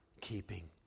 keeping